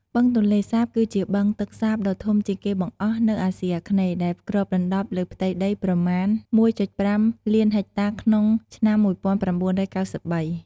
បឹងទន្លេសាប គឺជាបឹងទឹកសាបដ៏ធំជាងគេបង្អស់នៅអាស៊ីអាគ្នេយ៍ ដែលគ្របដណ្តប់លើផ្ទៃដីប្រមាណ ១,៥ លានហិកតាក្នុងឆ្នាំ ១៩៩៣។